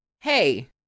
hey